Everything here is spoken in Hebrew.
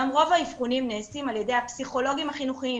היום רוב האבחונים נעשים על ידי הפסיכולוגים החינוכיים